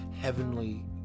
heavenly